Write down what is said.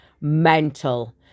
mental